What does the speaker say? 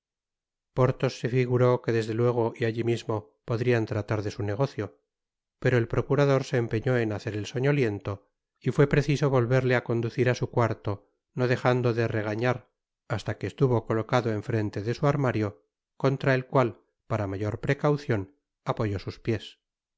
porthos se figuró que desde luego y allí mismo podrían tratar de su negocio pero el procurador se empeñó en hacer el soñoliento y fué preciso volverle á conducir á su cuarto no dejando de regañar hasta que estuvo colocado en frente de su armario contra el cual para mayor precaucion apoyó sus piés la